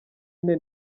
ine